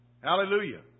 Hallelujah